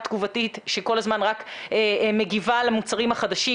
תגובתית שכל הזמן מגיבה למוצרים החדשים.